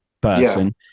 person